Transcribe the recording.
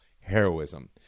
heroism